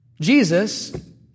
Jesus